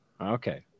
Okay